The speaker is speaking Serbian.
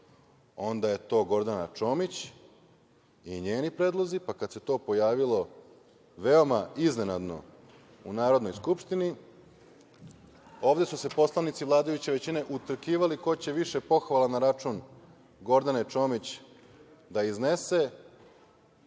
onda je to Gordana Čomić i njeni predlozi. Kad se to pojavilo veoma iznenadno u Narodnoj skupštini, ovde su se poslanici vladajuće većine utrkivali ko će više pohvala na račun Gordane Čomić da iznese,